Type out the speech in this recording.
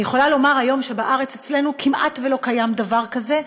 אני יכולה לומר היום שאצלנו בארץ כמעט לא קיים דבר כזה,